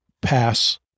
pass